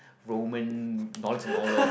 Roman knowledge and all that